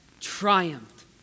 triumphed